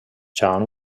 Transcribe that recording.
john